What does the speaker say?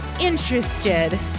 interested